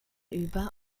über